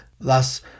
Thus